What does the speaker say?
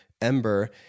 Ember